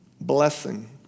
Blessing